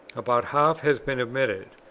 about half has been omitted,